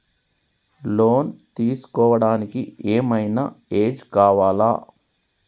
Loan తీస్కోవడానికి ఏం ఐనా ఏజ్ కావాలా?